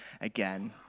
again